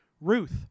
Ruth